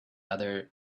other